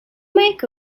make